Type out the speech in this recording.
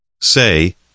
Say